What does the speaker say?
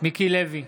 מיקי לוי,